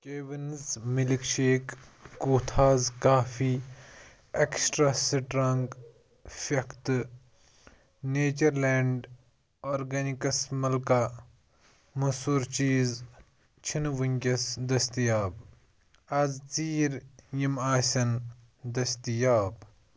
کؠوِنٕز milk shake کوٗت حظ کافی اٮ۪کٕسٹرٛا سٕٹرٛانٛگ پھٮ۪کھ تہٕ نیچَر لینٛڈ آرگَنِکٕس مَلکا مسوٗر چیٖز چھِنہٕ وٕنۍکٮ۪س دٔستِیاب آز ژیٖرۍ یِم آسٮ۪ن دٔستِیاب